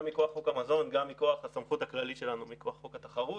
גם מכוח חוק המזון וגם מכוח הסמכות הכללית שלנו מכוח חוק התחרות.